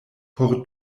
por